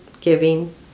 giving